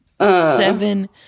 Seven